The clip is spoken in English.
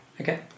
Okay